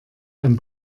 ein